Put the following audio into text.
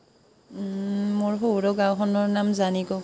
মোৰ শহুৰৰ গাওঁখনৰ নাম জানিকোষ